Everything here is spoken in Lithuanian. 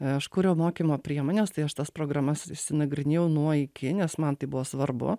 aš kūriau mokymo priemones tai aš tas programas išsinagrinėjau nuo iki nes man tai buvo svarbu